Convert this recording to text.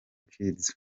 kids